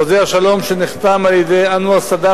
חוזה השלום שנחתם על-ידי אנואר סאדאת